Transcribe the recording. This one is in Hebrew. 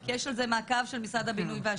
כי יש לזה מעקב של משרד הבינוי והשיכון.